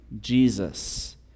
Jesus